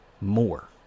more